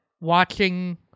watching